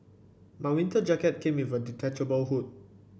my winter jacket came with a detachable hood